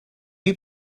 you